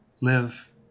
live